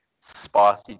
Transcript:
spicy